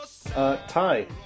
Ty